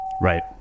Right